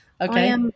Okay